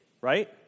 right